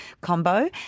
combo